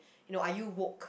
you know are you work